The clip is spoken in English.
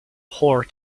whore